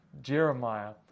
Jeremiah